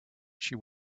she